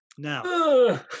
Now